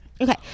Okay